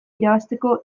irabazteko